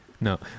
No